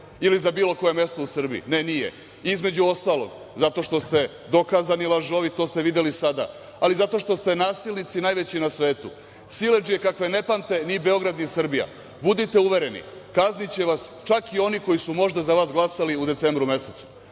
ili za bilo koje mesto u Srbiji? Ne, nije, između ostalog, zato što ste dokazani lažovi, to ste videli sada, ali zato što ste nasilnici najveći na svetu, siledžije kakve ne pamte ni Beograd, ni Srbija. Budite uvereni, kazniće vas čak i oni koji su možda za vas glasali u decembru mesecu.